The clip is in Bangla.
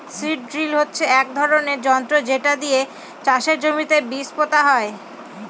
সীড ড্রিল হচ্ছে এক ধরনের যন্ত্র যেটা দিয়ে চাষের জমিতে বীজ পোতা হয়